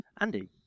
Andy